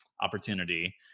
opportunity